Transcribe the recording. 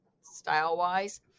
style-wise